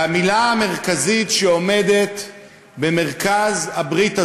והמילה המרכזית שעומדת במרכז הברית הזאת,